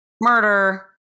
murder